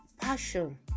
Passion